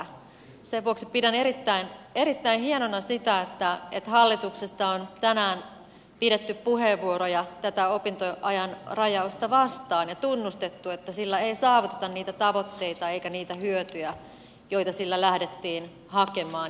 sen vuoksi pidän erittäin hienona sitä että hallituksesta on tänään pidetty puheenvuoroja tätä opintoajan rajausta vastaan ja tunnustettu että sillä ei saavuteta niitä tavoitteita eikä niitä hyötyjä joita sillä lähdettiin hakemaan